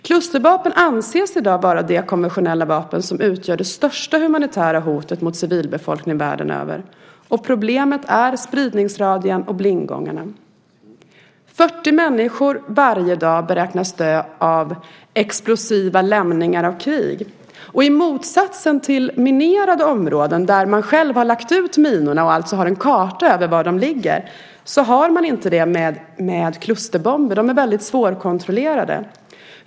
Klustervapen anses i dag vara det konventionella vapen som utgör det största humanitära hotet mot civilbefolkningen världen över, och problemet är spridningsradien och blindgångarna. 40 människor varje dag beräknas dö av explosiva lämningar av krig. I motsats till minerade områden där man själv har lagt ut minorna och alltså har en karta över var de ligger har man inte det med klusterbomber. De är väldigt svårkontrollerade.